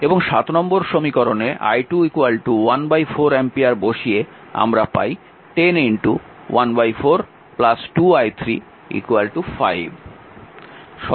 এবং নম্বর সমীকরণে i2 14 অ্যাম্পিয়ার বসিয়ে আমরা পাই 10 1 4 2 i3 5